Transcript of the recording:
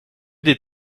des